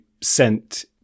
sent